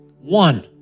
one